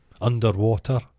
underwater